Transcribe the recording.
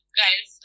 guys